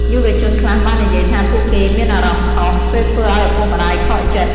យុវជនខ្លះបាននិយាយថាពួកគេមានអារម្មណ៍ខុស ពេលធ្វើឲ្យឪពុកម្ដាយខកចិត្ត។